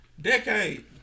decade